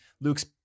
Luke's